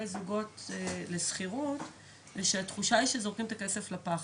זוגות לשכירות זה שהתחושה היא שזורקים את הכסף לפח,